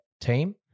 team